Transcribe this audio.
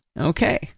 Okay